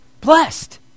Blessed